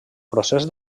procés